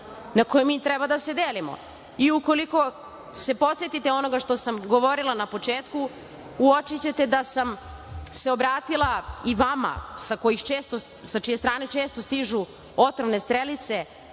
na kojem mi treba da se delimo. Ukoliko se podsetite onoga što sam govorila na početku uočićete da sam se obratila i vama, sa čije strane često stižu otrovne strelice,